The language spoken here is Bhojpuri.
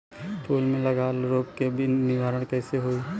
फूल में लागल रोग के निवारण कैसे होयी?